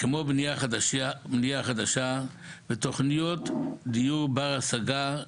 כמו בנייה חדשה ותוכניות דיור בר השגה,